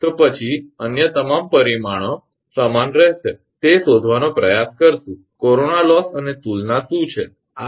તો પછી અન્ય તમામ પરિમાણો સમાન રહેશે તે શોધવાનો પ્રયાસ કરીશું કોરોના લોસ અને તુલના શું હશે